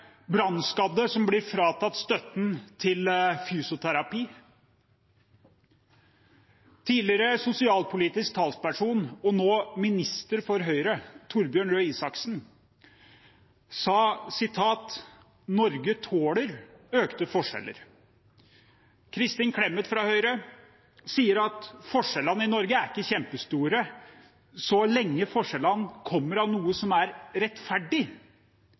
brannskadde som blir fratatt støtten til fysioterapi. Tidligere sosialpolitisk talsperson og nå minister for Høyre, Torbjørn Røe Isaksen, har sagt: «Norge tåler økte forskjeller.» Kristin Clemet fra Høyre har sagt: «Forskjellene i Norge er ikke kjempestore. Så lenge folk føler at forskjellene kommer av noe som er rettferdig,